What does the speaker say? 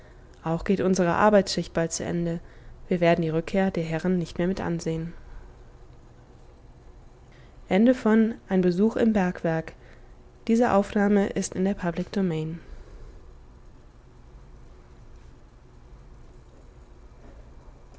auch geht unsere arbeitsschicht bald zu ende wir werden die rückkehr der herren nicht mehr mit ansehen